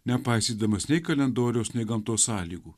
nepaisydamas nei kalendoriaus nei gamtos sąlygų